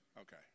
Okay